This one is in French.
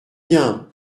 bien